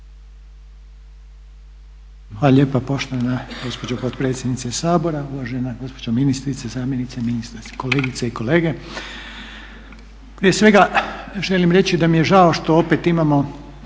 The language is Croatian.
Hvala lijepo poštovana gospođo potpredsjednice Sabora, uvažena gospođo ministrice, zamjenice ministrice, kolegice i kolege. Prije svega želim reći da mi je žao što opet imamo